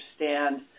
understand